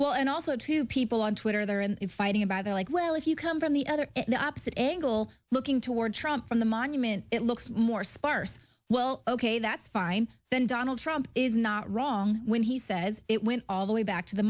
well and also two people on twitter they're in it fighting about they're like well if you come from the other opposite angle looking toward trump and the monument it looks more sparse well ok that's fine then donald trump is not wrong when he says it went all the way back to the